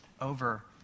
over